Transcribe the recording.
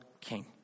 king